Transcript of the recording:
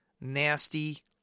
nasty